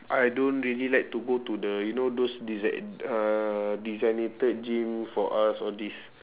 I don't really like to go to the you know those desi~ uh designated gyms for us all these